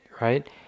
right